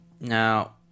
Now